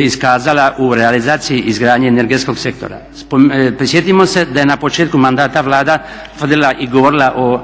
iskazala u realizaciji izgradnje energetskog sektora. Prisjetimo se da je na početku mandat vlada tvrdila i govorila o